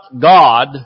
God